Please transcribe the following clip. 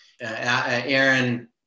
Aaron